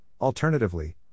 Alternatively